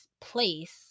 place